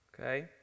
Okay